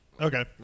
Okay